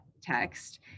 text